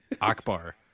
Akbar